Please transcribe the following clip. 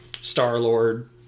Star-Lord